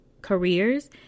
careers